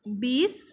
বিছ